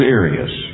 areas